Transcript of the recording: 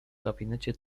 gabinecie